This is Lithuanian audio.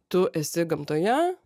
tu esi gamtoje